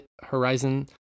Horizon